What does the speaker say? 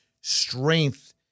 strength